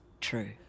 true